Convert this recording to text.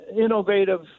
innovative